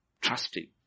Trusting